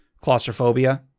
claustrophobia